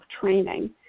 training